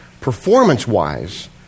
performance-wise